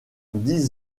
dix